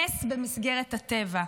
נס במסגרת הטבע,